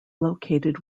located